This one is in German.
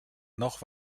noch